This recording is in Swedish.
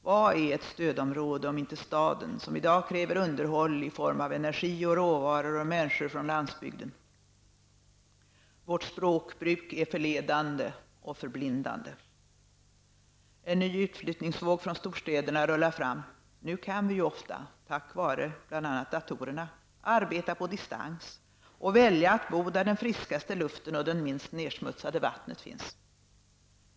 Vad är ett stödområde om inte staden, som i dag kräver underhåll i form av energi och råvaror och människor från landsbygden. Vårt språkbruk är förledande och förblindande. En ny utflyttningsvåg från storstäderna rullar fram. Nu kan vi ju ofta -- tack vare bl.a. datorerna -- arbeta på distans och välja att bo där den friskaste luften och det minst nedsmutsade vattnet finns.